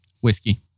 Whiskey